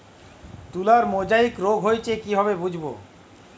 তুলার মোজাইক রোগ হয়েছে কিভাবে বুঝবো?